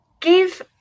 give